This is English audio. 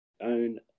own